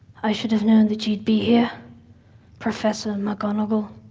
i should have know that you'd be here professor mcgonagall.